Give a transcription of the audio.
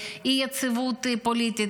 ואי-יציבות פוליטית,